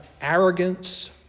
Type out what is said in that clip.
arrogance